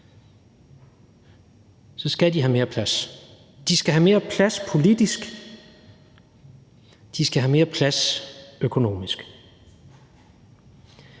så skal de have mere plads. De skal have mere plads politisk, de skal have mere plads økonomisk.